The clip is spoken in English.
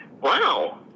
wow